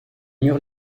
mur